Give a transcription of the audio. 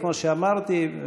כמו שאמרתי,